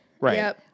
Right